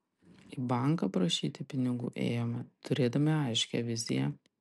į banką prašyti pinigų ėjome turėdami aiškią viziją